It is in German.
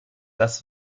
das